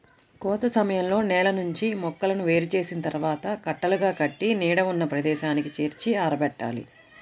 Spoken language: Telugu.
కోత సమయంలో నేల నుంచి మొక్కలను వేరు చేసిన తర్వాత కట్టలుగా కట్టి నీడ ఉన్న ప్రదేశానికి చేర్చి ఆరబెట్టాలి